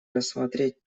рассмотреть